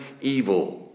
evil